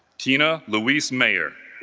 tina lousie mayor